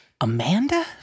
Amanda